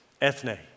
ethne